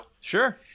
Sure